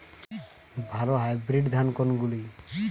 ভালো হাইব্রিড ধান বীজ কোনগুলি?